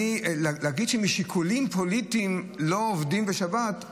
להגיד שמשיקולים פוליטיים לא עובדים בשבת,